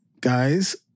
guys